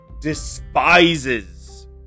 despises